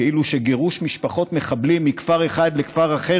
כאילו שגירוש משפחות מחבלים מכפר אחד לכפר אחר